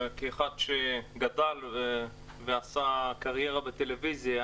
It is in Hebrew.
כאחד שגדל ועשה קריירה בטלוויזיה,